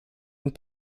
and